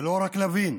ולא רק להבין,